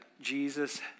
Jesus